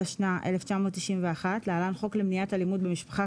התשנ"א-1991 (להלן חוק למניעת אלימות במשפחה),